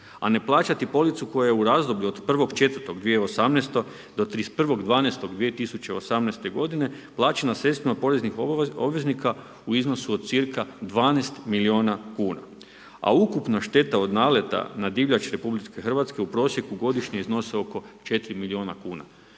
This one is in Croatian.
a ne plaćati policu koja u razdoblju od 1.4.2018. do 31.12.2018. godine plaćena sredstvima poreznih obveznika u iznosu od cca 12 miliona kuna, a ukupna šteta od naleta na divljač RH u prosjeku godišnje iznosi oko 4 miliona kuna.